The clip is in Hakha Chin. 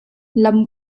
lam